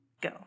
Go